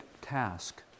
task